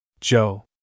Joe